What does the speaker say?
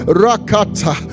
rakata